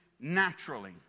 naturally